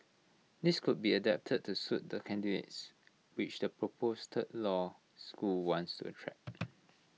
these could be adapted to suit the candidates which the proposed third law school wants attract